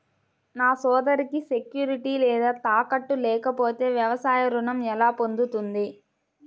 నా సోదరికి సెక్యూరిటీ లేదా తాకట్టు లేకపోతే వ్యవసాయ రుణం ఎలా పొందుతుంది?